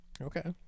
Okay